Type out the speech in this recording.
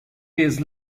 days